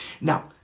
Now